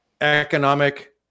economic